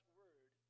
word